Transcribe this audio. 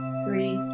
three